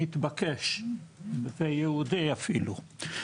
מתבקש וייעודי אפילו.